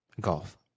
Golf